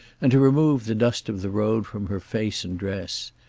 and to remove the dust of the road from her face and dress.